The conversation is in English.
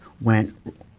went